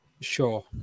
Sure